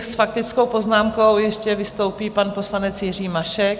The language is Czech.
S faktickou poznámkou ještě vystoupí pan poslanec Jiří Mašek.